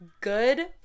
good